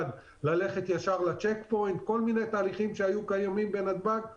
ללכת ישר לצ'ק פוינט אם יש להם כבודת יד בלבד וכדומה.